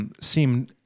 Seem